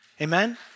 Amen